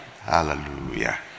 Hallelujah